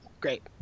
great